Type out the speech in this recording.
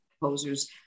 composers